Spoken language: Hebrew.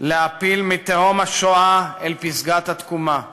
להעפיל מתהום השואה אל פסגת התקומה.